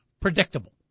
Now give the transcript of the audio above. predictable